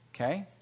okay